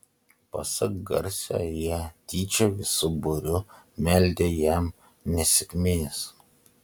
pasak garsio jie tyčia visu būriu meldę jam nesėkmės